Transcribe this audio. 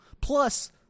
Plus